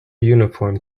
uniform